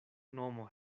nomo